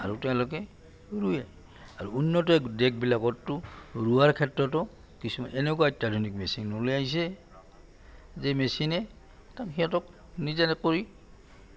আৰু তেওঁলোকে ৰুৱে আৰু উন্নত দেশবিলাকততো ৰোৱাৰ ক্ষেত্ৰতো কিছুমান এনেকুৱা অত্যাধুনিক মেচিন ওলাইছে যে মেচিনে সিহঁতক নিজে নকৰি